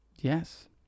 Yes